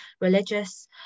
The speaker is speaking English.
religious